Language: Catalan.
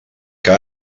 que